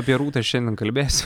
apie rūtą šiandien kalbėsiu